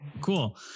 Cool